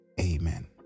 Amen